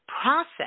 process